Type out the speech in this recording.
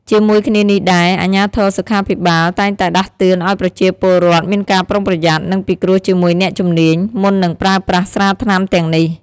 ជាមួយគ្នានេះដែរ អាជ្ញាធរសុខាភិបាលតែងតែដាស់តឿនឲ្យប្រជាពលរដ្ឋមានការប្រុងប្រយ័ត្ន និងពិគ្រោះជាមួយអ្នកជំនាញ មុននឹងប្រើប្រាស់ស្រាថ្នាំទាំងនេះ។